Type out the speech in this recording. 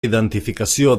identificació